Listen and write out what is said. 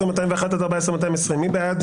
14,061 עד 14,080, מי בעד?